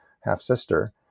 half-sister